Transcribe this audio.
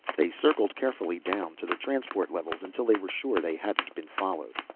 they circled carefully down to the transport levels until they were sure they hadn't been followed.